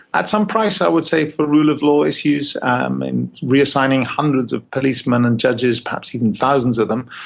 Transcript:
at some price i would say for rule of law issues um in reassigning hundreds of policeman and judges, perhaps even thousands of them,